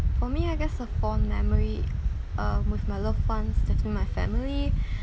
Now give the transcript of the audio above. for me I guess a fond memory uh with my loved ones that means my family